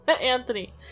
Anthony